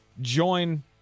join